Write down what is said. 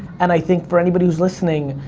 and i think for anybody who's listening,